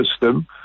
system